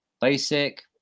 basic